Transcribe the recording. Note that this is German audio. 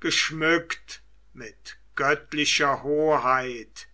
geschmückt mit göttlicher hoheit